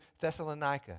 Thessalonica